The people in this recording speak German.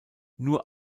nur